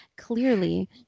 Clearly